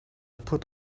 put